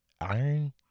iron